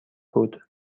بود